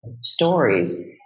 stories